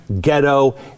ghetto